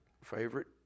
favorite